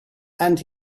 and